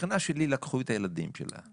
השכנה שלי, לקחו את הילדים שלה.